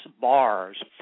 bars